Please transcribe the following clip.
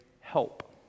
help